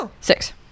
Six